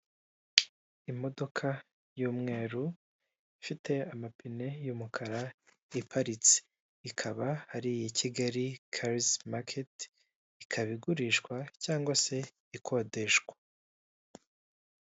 Imodoka y'umweru ifite amapine y'umukara iparitse, ikaba ari iya Kigali karizi maketi, ikaba igurishwa cyangwa se ikodeshwa.